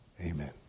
Amen